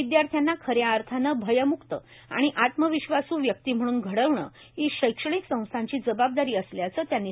विद्याथ्र्यांन खऱ्या अर्थानं भयम्क्त आणि आत्मविश्वास् व्यक्ती म्हणून घडवणं ही शैक्षणिक संस्थांची जबाबदारी असल्याचं त्यांनी सांगितलं